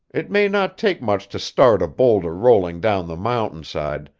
it may not take much to start a boulder rolling down the mountain-side,